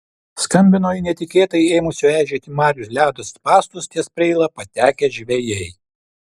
skambino į netikėtai ėmusio eižėti marių ledo spąstus ties preila patekę žvejai